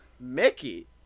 Mickey